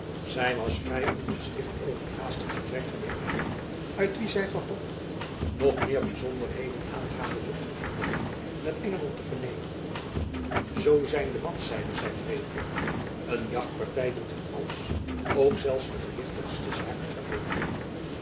zy was vrij ongesticht over het haastig vertrek van de heeren uit wie zy gehoopt had nog meer byzonderheden aangaande de onderhandeling met engeland te vernemen zoo zijn de mans zeide zy wrevelig een jachtparty doet hun alles ook zelfs de gewichtigste zaken vergeten